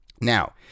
Now